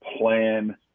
plan